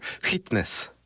fitness